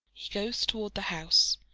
goes toward the house,